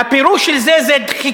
והפירוש של זה הוא דחיקת